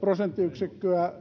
prosenttiyksikköä